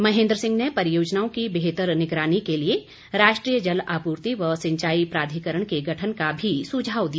महेन्द्र सिंह ने परियोजनाओं की बेहतर निगरानी के लिए राष्ट्रीय जल आपूर्ति व सिंचाई प्राधिकरण के गठन का भी सुझाव दिया